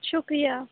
شکریہ